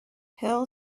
hill